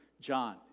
John